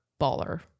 baller